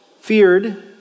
feared